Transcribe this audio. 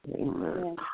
Amen